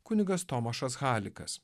kunigas tomašas halikas